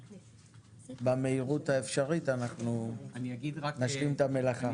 במהירות האפשרית אנחנו נשלים את המלאכה.